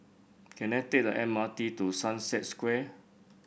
can I take the M R T to Sunset Square